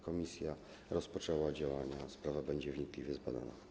Komisja rozpoczęła działania, a sprawa będzie wnikliwie zbadana.